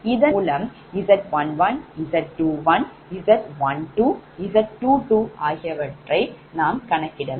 இதன் மூலம் Z11 Z21Z12Z22ஆகயவை கிடைத்தது